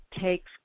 takes